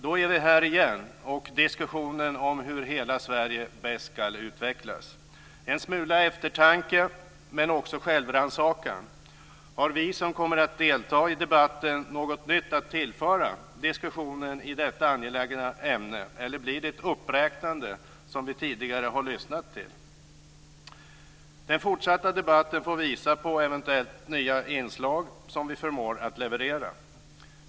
Då är vi här igen och diskuterar hur hela Sverige bäst ska utvecklas. En smula eftertanke men också självrannsakan. Har vi som kommer att delta i debatten något nytt att tillföra diskussionen i detta angelägna ämne, eller blir det ett uppräknande som vi tidigare har lyssnat till? Den fortsatta debatten får visa på eventuellt nya inslag som vi förmår att leverera.